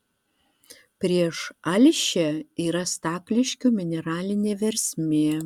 prieš alšią yra stakliškių mineralinė versmė